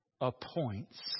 Appoints